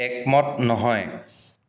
একমত নহয়